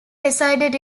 resides